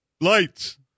lights